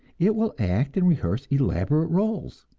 it will act and rehearse elaborate roles